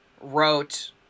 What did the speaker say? wrote